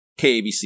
KABC